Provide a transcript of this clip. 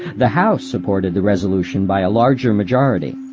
the house supported the resolution by a larger majority.